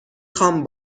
خوام